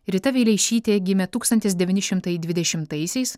rita vileišytė gimė tūkstantis devyni šimtai dvidešimtaisiais